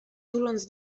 tuląc